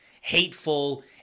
hateful